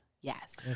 Yes